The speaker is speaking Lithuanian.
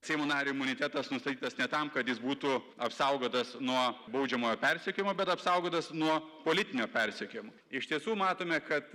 seimo nario imunitetas nustatytas ne tam kad jis būtų apsaugotas nuo baudžiamojo persekiojimo bet apsaugotas nuo politinio persekiojimo iš tiesų matome kad